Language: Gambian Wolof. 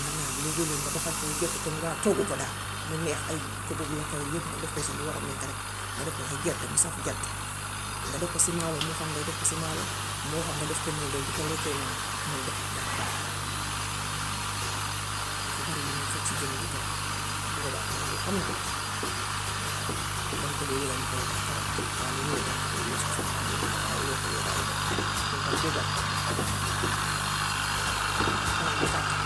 nga naan. Léegoo-lee nga baxal ko gett ko muy bax toggu ko daal, mu neex. Kokook lappay yépp nga def ko ci li war a nekka rekk nga def ko hay gerte mu saf gerte nga def ko si maalo mu xam nga def ko si maalo. Moo xam nga def ko noonu rekk di ko lekkee noonu. Noonu rekk dafa baax waaw defa bari lu muy faj ci jëmm ji torob. Waaw nebedaay moom de xam naa ko ci. Dama koy yëy ñu ko dee wax karoot. Waa léego-lee dama ko dee yëy sax su ma ko amee defaa yokk leeraayu bët. Lool tam dégg naa ko. Waaw karoot xanaa fàtte.